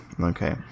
Okay